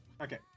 Okay